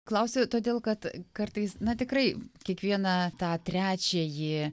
klausiu todėl kad kartais na tikrai kiekvieną tą trečiąjį